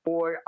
Boy